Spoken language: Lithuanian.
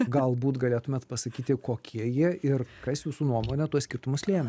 galbūt galėtumėt pasakyti kokie jie ir kas jūsų nuomone tuos skirtumus lėmė